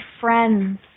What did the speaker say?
friends